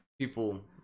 people